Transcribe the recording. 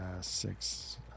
six